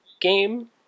game